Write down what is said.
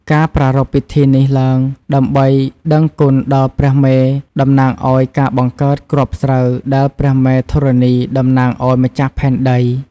ការប្រារព្ធពិធីនេះឡើង ដើម្បីដឹងគុណដល់ ព្រះមេ តំណាងឱ្យការបង្កើតគ្រាប់ស្រូវ ដែលព្រះម៉ែធរណី តំណាងឱ្យម្ចាស់ផែនដី។